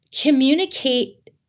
communicate